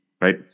right